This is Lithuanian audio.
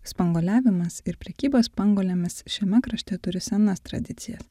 spanguoliavimas ir prekyba spanguolėmis šiame krašte turi senas tradicijas